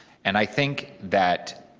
and i think that